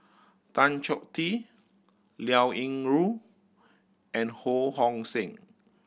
Tan Choh Tee Liao Yingru and Ho Hong Sing